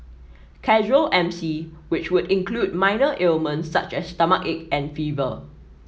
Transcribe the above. casual M C which would include minor ailments such as stomachache and fever